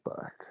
back